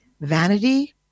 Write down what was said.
Vanity